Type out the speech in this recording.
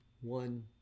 one